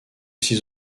six